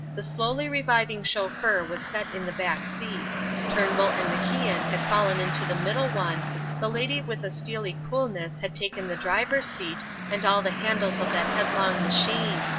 the slowly reviving chauffeur was set in the back seat turnbull and macian had fallen into the middle one the lady with a steely coolness had taken the driver's seat and all the handles of that headlong machine.